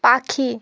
পাখি